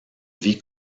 vit